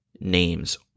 names